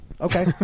Okay